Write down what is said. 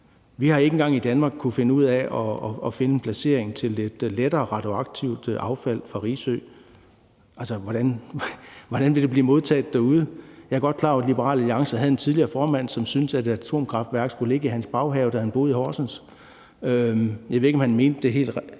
Vi har ikke engang i Danmark kunnet finde ud af at finde en placering til lettere radioaktivt affald fra Risø. Altså, hvordan vil det blive modtaget derude? Jeg er godt klar over, at Liberal Alliance havde en tidligere formand, som syntes, at et atomkraftværk skulle ligge i hans baghave, da han boede i Horsens. Jeg ved ikke, om han mente det helt